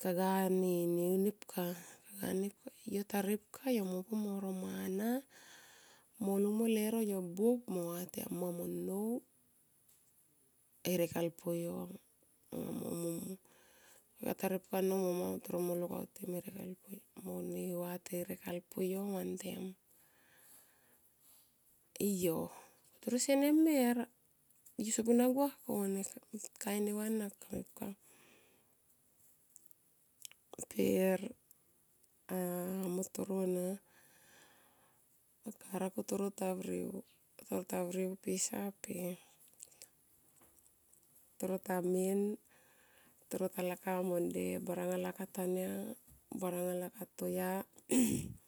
kaga nepka. Yo ta ripka yo mo pumo ro mana mo lungmo lero yo buop mo va te amma mo nnou herek alpuyo. Yo ta ripka amma mo nnou toro mo lukautim here alpuyo mone va te herek alpuyo vantem yo. Toro senemer yo sopu na gua kone kain neva ana kamepka per amo toro na. A parape toro ta rviou, toro ta rviou pisa per toro ta men toro talakap amon nde baranga lakap tanya, baranga lakap toya.